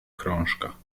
krążka